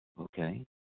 Okay